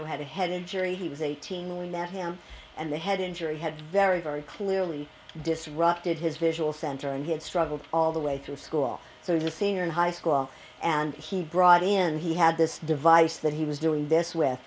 who had a head injury he was eighteen when we met him and the head injury had very very clear really disrupted his visual center and he had struggled all the way through school so the senior in high school and he brought in he had this device that he was doing this with